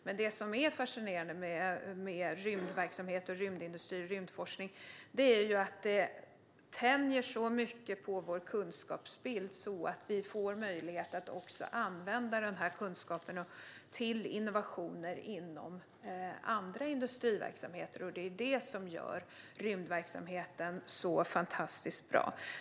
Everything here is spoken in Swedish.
Men vad som är fascinerande med rymdverksamhet, rymdindustri och rymdforskning är att vår kunskapsbild tänjs så mycket att vi får möjlighet att också använda den här kunskapen till innovationer inom andra industriverksamheter. Det är detta som gör rymdverksamheten så fantastiskt bra.